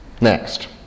Next